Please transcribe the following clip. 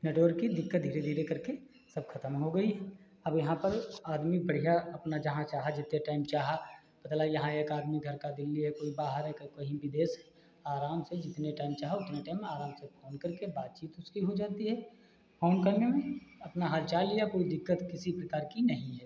network की दिक्कत धीरे धीरे करके सब ख़त्म हो गई है अब यहाँ पर आदमी बढ़िया अपना जहाँ चाहा जितने टाइम चाहा पता लगा यहाँ एक आदमी घर का दिल्ली है कोई बाहर है कहीं विदेश है आराम से जितने टइम चाहो उतने टइम आराम से फ़ोन करके बातचीत उसकी हो जाती है फ़ोन करने में अपना हालचाल लिया कोई दिक्कत किसी प्रकार की नहीं है